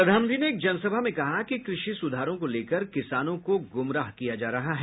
प्रधानमंत्री ने एक जनसभा में कहा कि कृषि सुधारों को लेकर किसानों को गुमराह किया जा रहा है